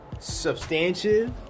Substantive